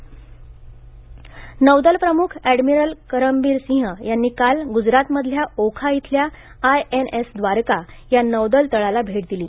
नौदल प्रमुख नौदल प्रमुख अॅडमिरल करमबीर सिंह यांनी काल गुजरातमधल्या ओखा इथल्या आयएनएस द्वारका या नौदल तळाला भेट दिली